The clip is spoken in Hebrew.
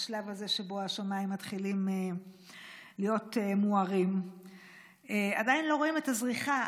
בשלב הזה שבו השמיים מתחילים להיות מוארים עדיין לא רואים את הזריחה,